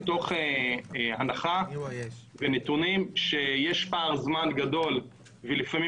זאת מתוך הנחה ונתונים שיש פער זמן גדול ולפעמים